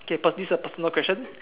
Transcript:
okay this is a personal question